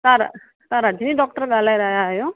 तव्हां र तव्हां रजनी डॉक्टर ॻाल्हाए रहिया आहियो